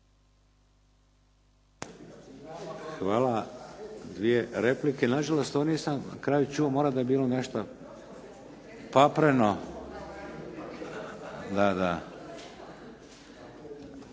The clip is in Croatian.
Hvala. Dvije replike. Na žalost, ovo nisam na kraju čuo. Mora da je bilo nešto papreno. Gospodin